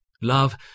Love